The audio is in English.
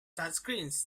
touchscreens